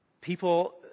people